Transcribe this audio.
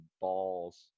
balls